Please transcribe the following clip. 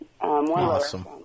awesome